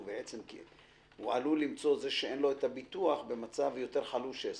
מי שאין לו ביטוח עלול למצוא את עצמו במצב יותר חלושעס.